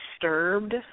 disturbed